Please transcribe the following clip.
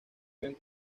habían